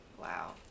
Wow